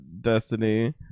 Destiny